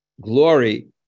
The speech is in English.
glory